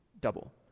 double